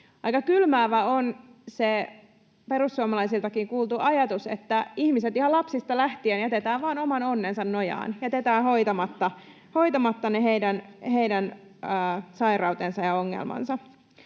Aika kylmäävä on se perussuomalaisiltakin kuultu ajatus, että ihmiset ihan lapsista lähtien jätetään vain oman onnensa nojaan, [Leena Meren välihuuto] jätetään hoitamatta ne heidän sairautensa ja ongelmansa.